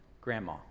Grandma